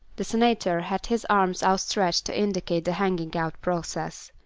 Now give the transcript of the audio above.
the senator had his arms outstretched to indicate the hanging-out process.